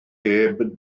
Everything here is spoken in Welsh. heb